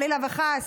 חלילה וחס,